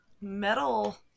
metal